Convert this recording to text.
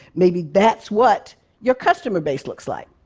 maybe that's what your customer base looks like.